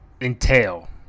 entail